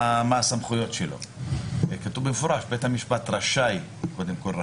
מה הסמכויות שלו וכתוב במפורש שבית המשפט רשאי קודם כל,